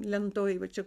lentoj va čia